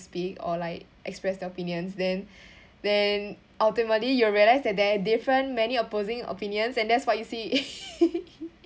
speak or like express their opinions then then ultimately you'll realize that there are different many opposing opinions and that's what you see